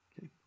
Okay